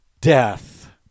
death